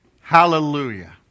Hallelujah